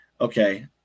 okay